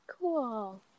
Cool